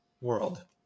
world